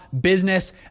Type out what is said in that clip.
business